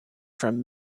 from